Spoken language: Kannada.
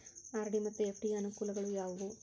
ಆರ್.ಡಿ ಮತ್ತು ಎಫ್.ಡಿ ಯ ಅನುಕೂಲಗಳು ಯಾವವು?